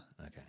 Okay